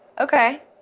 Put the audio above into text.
Okay